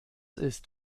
ist